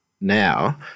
now